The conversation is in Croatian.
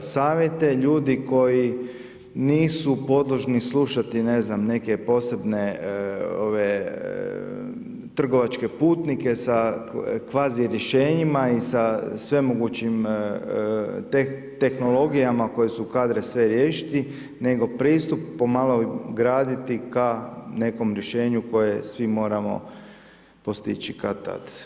savjete, ljudi koji nisu podložni slušati ne znam neke posebne trgovačke putnike sa kvazi rješenjima i sa svemogućim tehnologijama koje su kadre sve riješiti nego pristup po malo graditi ka nekom rješenju koje svi moramo postići kad-tad.